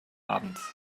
abends